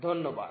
ধন্যবাদ